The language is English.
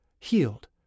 healed